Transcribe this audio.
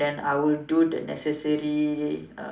then I will do the necessary uh